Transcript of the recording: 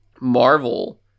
Marvel